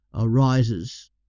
arises